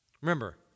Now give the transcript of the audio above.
Remember